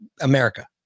America